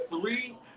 three